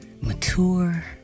mature